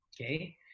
Okay